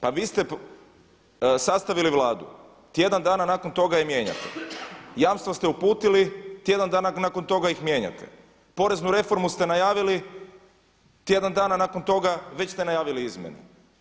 Pa vi ste sastavili Vladu, tjedan dana nakon toga je mijenjate, jamstva ste uputili, tjedan dana nakon toga ih mijenjate, poreznu reformu ste najavili, tjedan dana nakon toga već ste najavili izmjene.